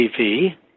TV